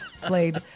played